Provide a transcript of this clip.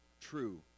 true